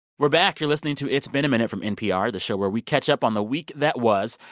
we're back. you're listening to it's been a minute from npr, the show where we catch up on the week that was.